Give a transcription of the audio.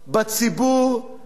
במעמד הביניים,